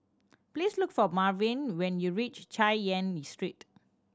please look for Marvin when you reach Chay Yan Street